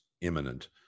imminent